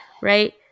Right